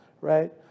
right